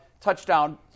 touchdown